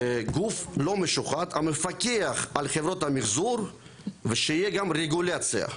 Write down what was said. גוף לא משוחד המפקח על חברות המחזור ושיהיה גם רגולציה.